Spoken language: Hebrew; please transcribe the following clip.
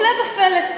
הפלא ופלא,